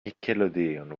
nickelodeon